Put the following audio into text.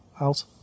out